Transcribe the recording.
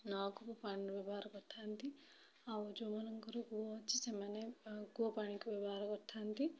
ନଳକୂପର ପାଣି ବ୍ୟବହାର କରିଥାନ୍ତି ଆଉ ଯେଉଁମାନଙ୍କର କୂଅ ଅଛି ସେମାନେ କୂଅ ପାଣିକୁ ବ୍ୟବହାର କରିଥାନ୍ତି